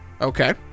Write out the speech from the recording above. Okay